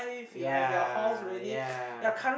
ya ya